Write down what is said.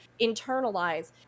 internalize